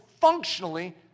functionally